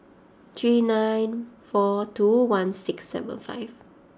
three nine four two one six seven five